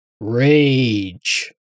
Rage